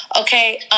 Okay